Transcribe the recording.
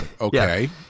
Okay